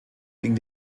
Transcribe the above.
ging